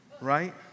right